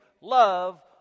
love